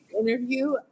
interview